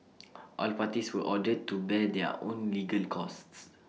all parties were ordered to bear their own legal costs